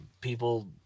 people